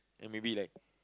and maybe like